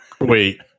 Wait